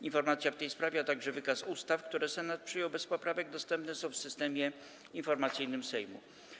Informacja w tej sprawie, a także wykaz ustaw, które Senat przyjął bez poprawek, dostępne są w Systemie Informacyjnym Sejmu.